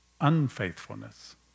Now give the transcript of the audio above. unfaithfulness